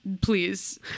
Please